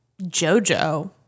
JoJo